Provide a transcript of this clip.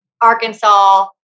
Arkansas